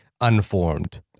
unformed